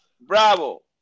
Bravo